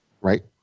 Right